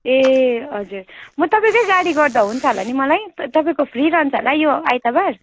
ए हजुर म तपाईँकै गाडी गर्दा हुन्छ होला नि मलाई त तपाईँको फ्री रहन्छ होला यो आइतबार